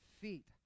feet